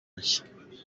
nshya